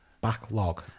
Backlog